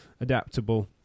adaptable